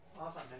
Awesome